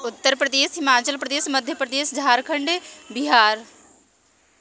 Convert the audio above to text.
Uttar Pradesh Himachal Pradesh Madhya Pradesh Jharkhand Bihar